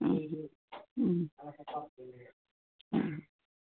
ഉം ഉം ആ